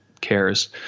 cares